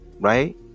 Right